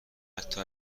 حتی